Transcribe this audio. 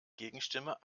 gegenstimme